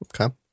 Okay